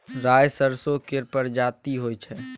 राई सरसो केर परजाती होई छै